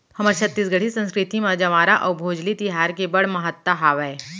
हमर छत्तीसगढ़ी संस्कृति म जंवारा अउ भोजली तिहार के बड़ महत्ता हावय